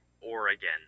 Oregon